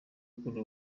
kuri